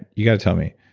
you got to tell me,